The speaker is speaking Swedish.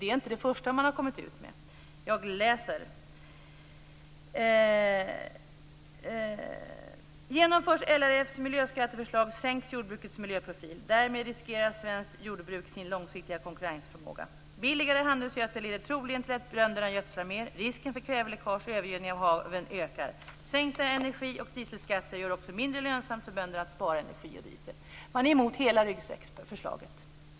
Det är inte det första pressmeddelandet man har kommit med. Där står det: "Genomförs LRF:s miljöskatteförslag sänks jordbrukets miljöprofil. Därmed riskerar svenskt jordbruk sin långsiktiga konkurrensförmåga. Billigare handelsgödsel leder troligen till att bönderna gödslar mer. Risken för kväveläckage och övergödning av haven ökar. Sänkta energi och dieselskatter gör det mindre lönsamt för bönderna att spara energi och diesel." Man är emot hela ryggsäcksförslaget.